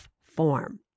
form